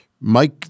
Mike